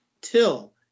till